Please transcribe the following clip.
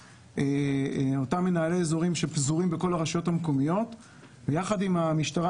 אותם מנהלי אזורים שפזורים בכל הרשויות המקומיות ביחד עם המשטרה,